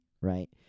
right